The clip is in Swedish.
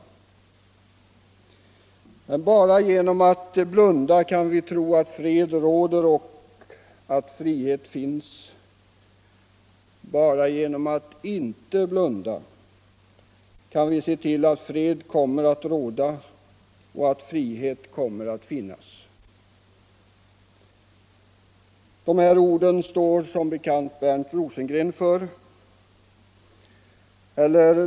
Bara genom att blunda kan vi tro att fred råder och att frihet finns Bara genom att inte blunda kan vi se till att fred kommer att råda och att frihet kommer att finnas. Orden står som bekant Bernt Rosengren för.